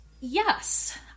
Yes